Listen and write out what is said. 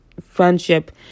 Friendship